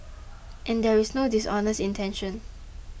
and there is no dishonest intention